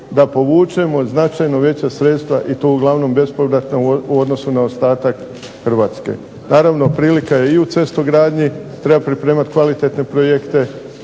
da povučemo značajno veća sredstva i to bespovratno u odnosu na ostatak Hrvatske. Naravno prilika je i u cestogradnji treba pripremati kvalitetne projekte